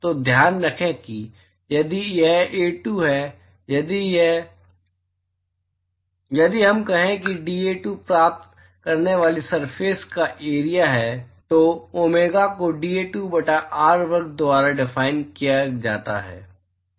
तो ध्यान रखें कि यदि यह A2 है यदि हम कहें कि dA2 प्राप्त करने वाली सरफेस का एरिआ है तो डोमेगा को dA2 बटा r वर्ग द्वारा डिफाइन किया जाता है